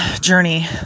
journey